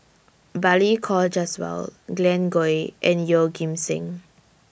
Balli Kaur Jaswal Glen Goei and Yeoh Ghim Seng